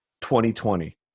2020